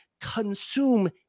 consume